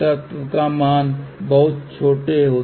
यहां से आप प्रतिबिंब लेते हैं